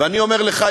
ואני אומר לך,